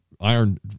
iron